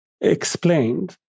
explained